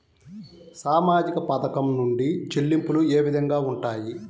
సామాజిక పథకం నుండి చెల్లింపులు ఏ విధంగా ఉంటాయి?